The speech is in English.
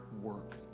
work